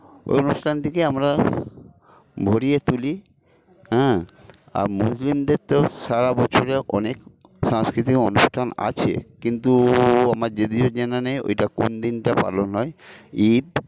ওই অনুষ্ঠানটিকে আমরা ভরিয়ে তুলি হ্যাঁ আর মুসলিমদের তো সারাবছরে অনেক সাংস্কৃতিক অনুষ্ঠান আছে কিন্তু ও আমার যদিও জানা নেই ওইটা কোনদিনটা পালন হয় ঈদ